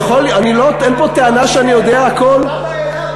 אין פה טענה שאני יודע הכול, יודע הכול?